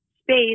space